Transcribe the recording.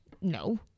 No